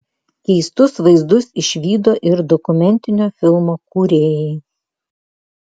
keistus vaizdus išvydo ir dokumentinio filmo kūrėjai